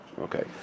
Okay